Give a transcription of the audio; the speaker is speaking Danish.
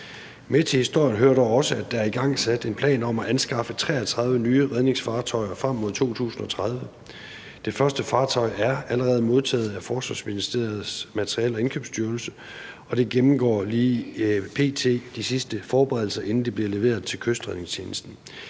Med til historien hører dog også, at der er igangsat en plan om at anskaffe 33 nye redningsfartøjer frem mod 2030. Det første fartøj er allerede modtaget af Forsvarsministeriets Materiel- og Indkøbsstyrelse, og det gennemgår lige p.t. de sidste forberedelser, inden det bliver leveret til Kystredningstjenesten.